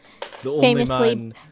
famously